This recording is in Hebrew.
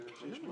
כדי שהם ישמעו.